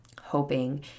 hoping